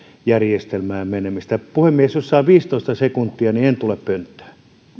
järjestelmään menemistä puhemies jos saan viisitoista sekuntia niin en tule pönttöön